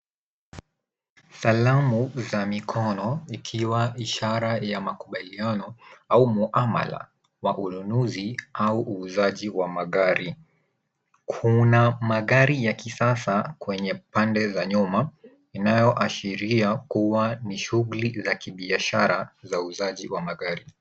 Salamu za mikono ikiwa ishara ya makubaliano au muamala wa ununuzi au uuzaji wa magari. Kuna magari ya kisasa kwenye pande za nyuma inayoashiria kuwa ni shughuli za kibiashara za uuzaji wa magari.